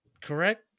Correct